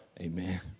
Amen